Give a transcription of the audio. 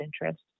interest